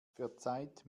verzeiht